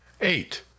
Eight